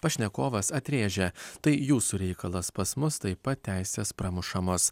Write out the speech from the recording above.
pašnekovas atrėžia tai jūsų reikalas pas mus taip pat teisės pramušamos